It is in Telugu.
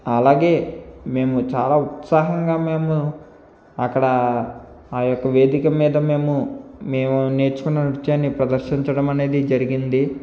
అలాగే మేము చాలా ఉత్సాహంగా మేము అక్కడ ఆ యొక్క వేదిక మీద మేము మేము నేర్చుకున్న నృత్యాన్ని ప్రదర్శించడమనేది జరిగింది